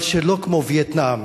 אבל שלא כמו וייטנאם,